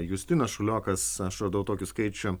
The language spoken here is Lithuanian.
justinas šuliokas aš radau tokį skaičių